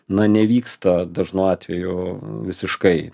na nevyksta dažnu atveju visiškai